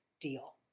deal